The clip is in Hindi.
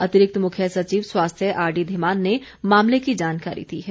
अतिरिक्त मुख्य सचिव स्वास्थ्य आरडी धीमान ने मामले की जानकारी दी है